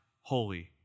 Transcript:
holy